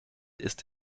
ist